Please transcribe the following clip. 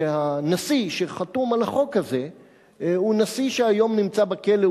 שהנשיא שחתום על החוק הזה הוא נשיא שהיום נמצא בכלא,